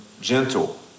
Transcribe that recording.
gentle